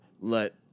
let